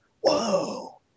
whoa